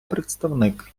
представник